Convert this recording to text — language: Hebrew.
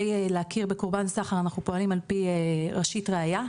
להכיר בקורבן סחר אנחנו פועלים על פי ראשית ראיה,